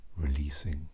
releasing